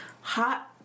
hot